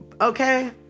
okay